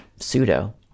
pseudo